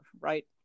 Right